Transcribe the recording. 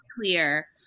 clear